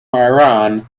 iran